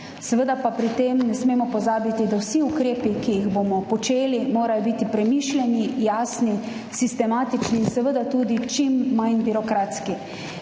seveda pa pri tem ne smemo pozabiti, da morajo biti vsi ukrepi, ki jih bomo počeli, premišljeni, jasni, sistematični in seveda tudi čim manj birokratski.